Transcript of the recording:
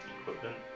equipment